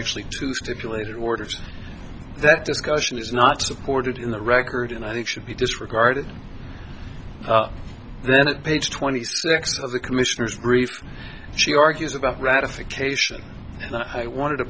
actually two stipulated orders that discussion is not supported in the record and i think should be disregarded then at page twenty six of the commissioners brief she argues about ratification and i wanted to